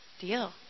deal